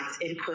input